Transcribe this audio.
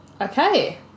Okay